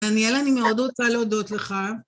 דניאל, אני מאוד רוצה להודות לך.